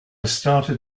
started